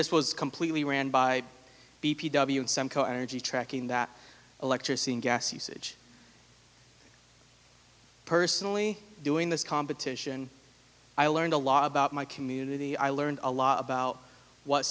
this was completely ran by b p w energy tracking that electricity and gas usage personally doing this competition i learned a lot about my community i learned a lot about what